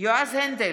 יועז הנדל,